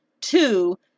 Two